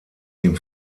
dem